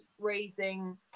raising